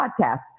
podcast